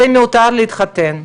זה מיותר להתחתן,